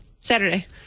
Saturday